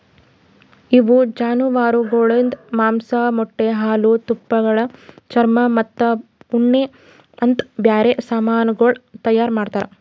ಇವು ಜಾನುವಾರುಗೊಳಿಂದ್ ಮಾಂಸ, ಮೊಟ್ಟೆ, ಹಾಲು, ತುಪ್ಪಳ, ಚರ್ಮ ಮತ್ತ ಉಣ್ಣೆ ಅಂತ್ ಬ್ಯಾರೆ ಸಮಾನಗೊಳ್ ತೈಯಾರ್ ಮಾಡ್ತಾವ್